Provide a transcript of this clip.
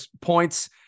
points